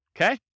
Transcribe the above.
okay